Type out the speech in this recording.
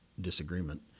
disagreement